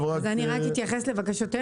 אני רק אתייחס לבקשתך.